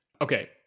Okay